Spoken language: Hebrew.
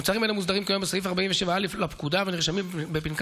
מוצרים אלו מוסדרים כיום בסעיף 47א לפקודה ונרשמים בפנקס